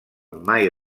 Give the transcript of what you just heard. mai